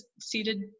seated